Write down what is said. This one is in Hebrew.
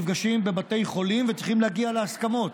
נפגשים בבתי חולים, וצריכים להגיע להסכמות,